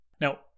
Now